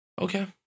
Okay